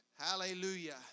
Hallelujah